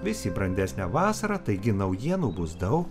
vis į brandesnę vasarą taigi naujienų bus daug